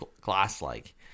glass-like